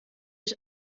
ich